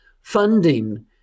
funding